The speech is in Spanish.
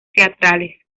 teatrales